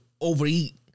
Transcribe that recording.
overeat